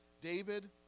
David